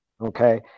okay